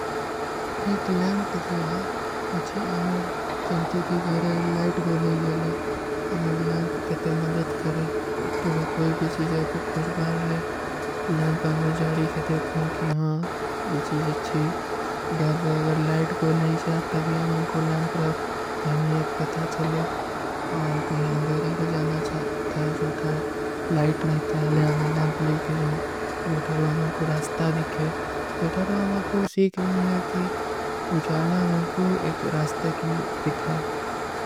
ଏକ ଲେମ୍ପ ଜୋ ହୈ, ଅଚ୍ଛୀ, ଅମର ଚଂତୁ କୀ ଗହରେ ଲାଇଟ କୋ ଲେଗେ ଲେ, ଅମର ଲେମ୍ପ କେ ତେ ମଦଦ କରେ, ତୋ କୋଈ ଭୀ ଚୀଜା କୋ ଖୁଜବାର ଲେ, ଲେମ୍ପ ଆମେଂ ଜାଡୀ କେ ଦେଖୂଂ କୀ ହାଁ, ଯେ ଚୀଜ ଅଚ୍ଛୀ। ଗହରେ ଲାଇଟ କୋ ଲେ ଜାଏଂ, ତବୀ ଆମେଂ କୋ ଲେମ୍ପ ଔର ଆଯମିଯତ ପତା ଚଲେ, ଔର କହୀଂ ଅନ୍ଦେରାର ଜାନା ଚାହତା ହୈ, ଜୋ ଥାଲ ଲାଇଟ ନହୀଂ ଥାଲେଂ ଆମେଂ ଲେମ୍ପ ଲେଗେ ଜୋ, ଜୋ ଥାଲ ଆମେଂ କୋ ରାସ୍ତା ଦିଖେ, ତୋ ଥାଲ ଆମେଂ କୋ ସୀଖ ଭୀ ମିଲେ କୀ, ଉଚାଲା ମୈଂକୋ ଏକ ରାସ୍ତା କୀ ଦିଖାଏ।